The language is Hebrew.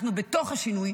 אנחנו בתוך השינוי,